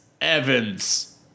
Evans